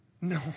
No